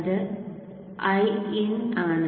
അത് Iin ആണ്